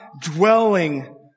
dwelling